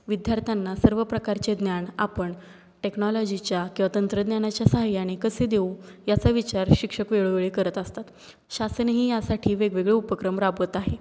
विद्यार्थ्यांना सर्व प्रकारचे ज्ञान आपण टेक्नॉलॉजीच्या किंवा तंत्रज्ञानाच्या साहाय्याने कसे देऊ याचा विचार शिक्षक वेळोवेळी करत असतात शासनही यासाठी वेगवेगळे उपक्रम राबवत आहे